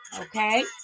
okay